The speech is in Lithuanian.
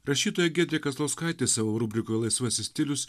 rašytoja giedrė kazlauskaitė savo rubrikoje laisvasis stilius